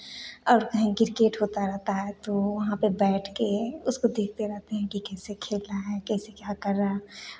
और कहीं किरकेट होता रहता है तो वहाँ पे बैठके उसको देखते रहते हैं कि कैसे खेल रहा है कैसे क्या कर रहा है